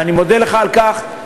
ואני מודה לך על כך,